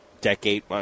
decade